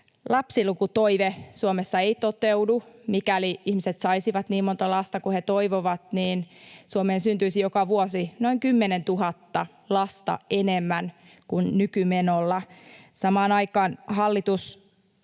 Lapsilukutoive ei Suomessa toteudu. Mikäli ihmiset saisivat niin monta lasta kuin he toivovat, Suomeen syntyisi joka vuosi noin 10 000 lasta enemmän kuin nykymenolla. Samaan aikaan hallitus